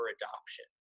adoption